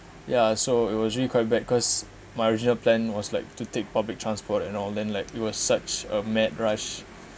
ya so it was really quite bad because my original plan was like to take public transport and all then like it was such a mad rush